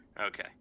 Okay